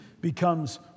becomes